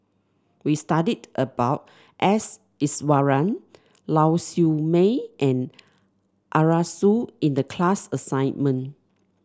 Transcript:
we studied about S Iswaran Lau Siew Mei and Arasu in the class assignment